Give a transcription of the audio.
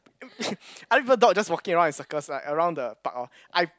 other people dog just walking around in circles like around the park orh I